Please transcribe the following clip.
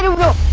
ah will